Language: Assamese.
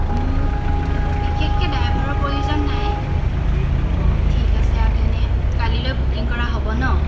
মোক বিশেষকৈ ড্ৰাইভাৰৰ প্ৰয়োজন নাই অঁ ঠিক আছে তেনে কালিলৈ বুকিং কৰা হ'ব ন